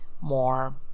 more